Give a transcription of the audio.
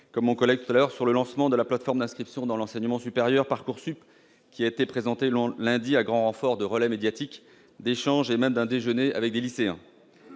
Comme M. Gay, je voudrais revenir sur le lancement de la plateforme d'inscription dans l'enseignement supérieur, dite « Parcoursup », présentée lundi à grand renfort de relais médiatiques, d'échanges et même d'un déjeuner avec des lycéens.